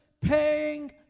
paying